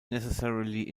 necessarily